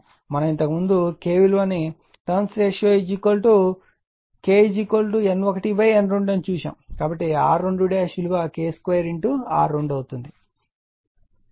మనం ఇంతకుముందు K విలువ turns ratio K N1 N2 ను చూశాము కాబట్టి R2 విలువ K 2 R2 అవుతుంది